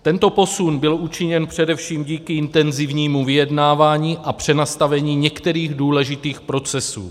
Tento posun byl učiněn především díky intenzivnímu vyjednávání a přenastavení některých důležitých procesů.